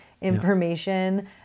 information